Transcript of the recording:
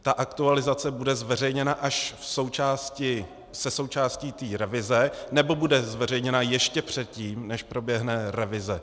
Ta aktualizace bude zveřejněna až se součástí té revize, nebo bude zveřejněna ještě předtím, než proběhne revize?